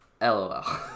lol